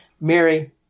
Mary